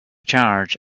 charred